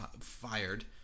fired